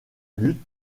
lutte